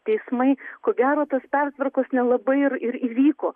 teismai ko gero tos pertvarkos nelabai ir ir įvyko